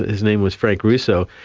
his name was frank russo,